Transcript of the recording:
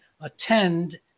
attend